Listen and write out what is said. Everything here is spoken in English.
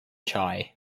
chai